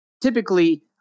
Typically